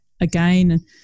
again